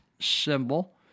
symbol